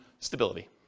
Stability